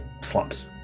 slumps